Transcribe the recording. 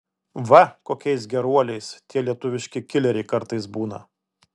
va kokiais geruoliais tie lietuviški kileriai kartais būna